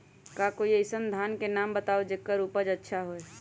का कोई अइसन धान के नाम बताएब जेकर उपज अच्छा से होय?